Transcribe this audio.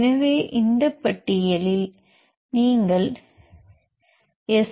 எனவே இந்த பட்டியலில் நீங்கள் எஸ்